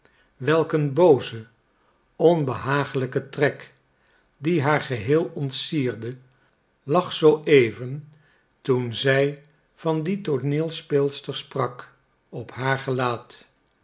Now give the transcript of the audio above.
een booze onbehagelijke trek die haar geheel ontsierde lag zooeven toen zij van die tooneelspeelster sprak op haar gelaat